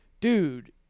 dude